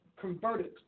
converted